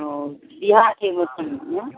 ओ बिआह के मौसममे